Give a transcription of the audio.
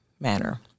manner